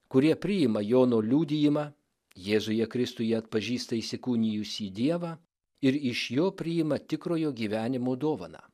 kurie priima jono liudijimą jėzuje kristuje atpažįsta įsikūnijusį dievą ir iš jo priima tikrojo gyvenimo dovaną